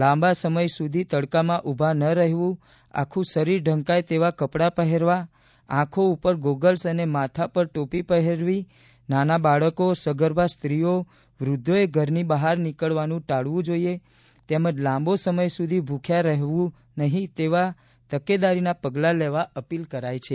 લાંબા સમય સુધી તડકામાં ઉભા ન રહેવું આખું શરીર ઢંકાય તેવા કપડા પહેરવા આંખો ઉપર ગોગલ્સ અને માથા પર ટોપી પહેરવી નાના બાળકો સગર્ભા સ્ત્રીઓ વૃદ્વોએ ઘરની બહાર નીકળવાનું ટાળવું તેમજ લાંબો સમય સુધી ભુખ્યા રહેવું નહીં જેવા તકેદારી પગલા લેવા અપીલ કરાઇ છે